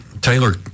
Taylor